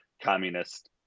communist